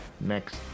next